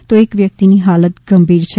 તો એક વ્યક્તિની હાલત ગંભીર છે